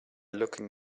looking